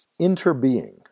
Interbeing